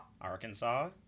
Arkansas